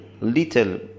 little